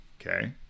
Okay